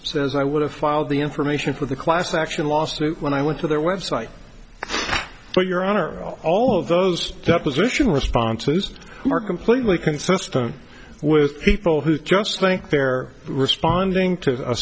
says i would have filed the information for the class action lawsuit when i went to their website but your honor all of those deposition responses mark completely consistent with people who just think they're responding to a